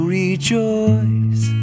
rejoice